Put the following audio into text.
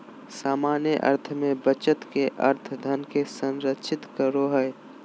सामान्य अर्थ में बचत के अर्थ धन के संरक्षित करो हइ